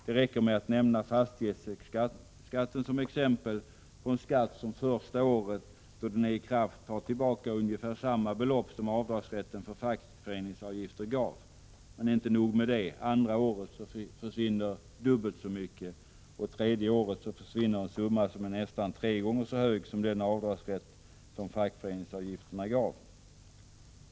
Det räcker med att nämna fastighetsskatten som exempel på en skatt som under det första året den är i kraft tar tillbaka ungefär samma belopp som rätten till avdrag för fackföreningsavgifter gav. Men inte nog med det. Andra året försvinner dubbelt så mycket och tredje året försvinner en summa som är nästan tre gånger så hög som den avdragsrätt som fackföreningsavgifterna gav.